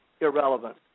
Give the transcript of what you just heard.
irrelevant